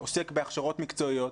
שעוסק בהכשרות מקצועיות,